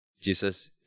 Jesus